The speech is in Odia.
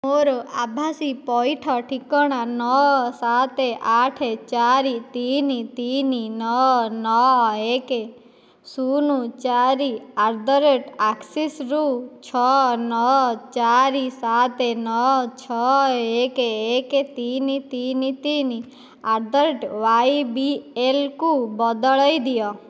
ମୋର ଆଭାସୀ ପଇଠ ଠିକଣା ନଅ ସାତ ଆଠ ଚାରି ତିନି ତିନି ନଅ ନଅ ଏକ ଶୂନ ଚାରି ଆଟ୍ ଦ ରେଟ୍ ଆକ୍ସିସ୍ ରୁ ଛଅ ନଅ ଚାରି ସାତ ନଅ ଛଅ ଏକ ଏକ ତିନି ତିନି ତିନି at the rate Y B L କୁ ବଦଳେଇ ଦିଅ